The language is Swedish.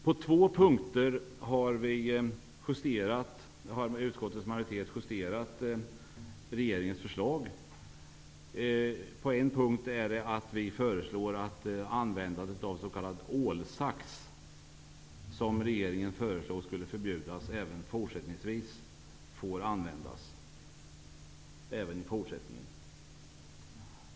På två punkter har utskottets majoritet justerat regeringens förslag. Den ena handlar om användandet av s.k. ålsax, som regeringen föreslår skall förbjudas. Vi föreslår att den skall få användas även i fortsättningen.